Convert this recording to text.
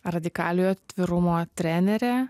radikaliojo atvirumo trenerė